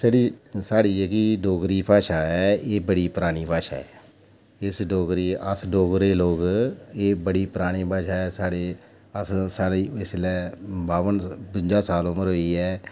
साढ़ी साढ़ी जेह्ड़ी डोगरी भाशा ऐ एह् बड़ी परानी भाशा ऐ इस डोगरी अस डोगरे लोक एह् बड़ी परानी भाशा ऐ साढ़ी अस साढ़ी इसलै बावन बूंजा साल उमर होई ऐ